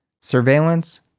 Surveillance